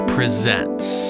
Presents